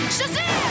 Shazam